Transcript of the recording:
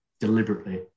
deliberately